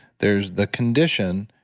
there's the condition